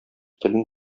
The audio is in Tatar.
телен